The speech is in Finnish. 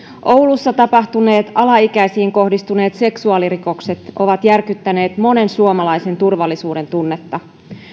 oulussa tapahtuneet alaikäisiin kohdistuneet seksuaalirikokset ovat järkyttäneet monen suomalaisen turvallisuudentunnetta